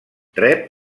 rep